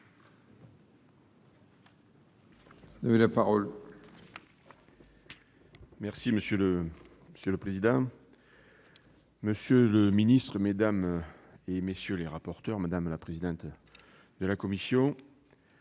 Monsieur le président, monsieur le ministre, mesdames, messieurs les rapporteurs, madame la présidente de la commission